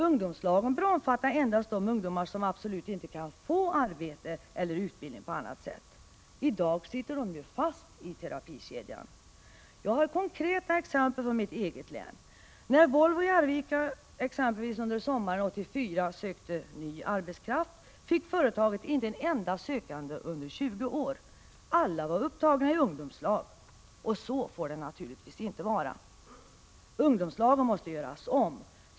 Ungdomslagen bör omfatta endast de ungdomar som absolut inte kan få arbete eller utbildning på annat sätt. I dag sitter de ju fast i terapikedjan. Jag har konkreta exempel från mitt eget län. När exempelvis Volvo i Arvika sommaren 1984 sökte ny arbetskraft fick företaget inte en enda sökande under 20 år. Alla var upptagna i ungdomslag! Så får det naturligtvis inte vara. Ungdomslagen måste göras om.